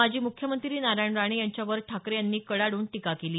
माजी मुख्यमंत्री नारायण राणे यांच्यावर ठाकरे यांनी कडाड्रन टीका केली